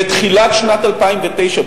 בתחילת שנת 2009,